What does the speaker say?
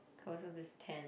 closest is ten